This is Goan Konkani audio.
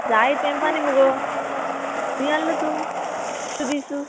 जाय तेंपानी मुगो खूंय आल्लो तूं इतूं दिसूं